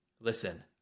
listen